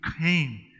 came